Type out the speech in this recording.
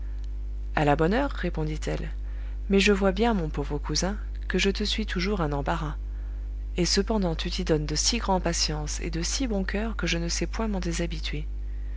à la bonne heure répondit-elle mais je vois bien mon pauvre cousin que je te suis toujours un embarras et cependant tu t'y donnes de si grand'patience et de si bon coeur que je ne sais point m'en